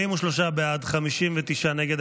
43 בעד, 59 נגד.